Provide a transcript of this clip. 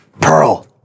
pearl